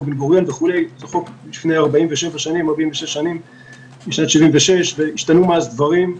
אחר שלפני 47 שנים משנת 76 והשתנו מאז דברים.